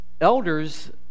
elders